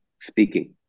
speaking